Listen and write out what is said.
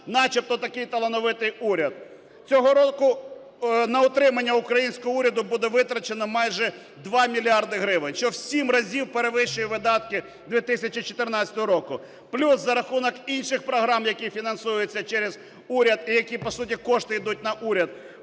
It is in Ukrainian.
начебто такий талановитий уряд. Цього року на утримання українського уряду буде витрачено майже 2 мільярди гривень, що в сім разів перевищує видатки 2014 року. Плюс, за рахунок інших програм, які фінансуються через уряд і які, по суті, кошти йдуть на уряд,